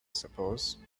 suppose